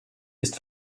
ist